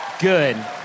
Good